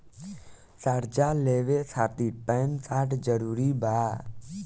कर्जा लेवे खातिर पैन कार्ड जरूरी बा?